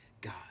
God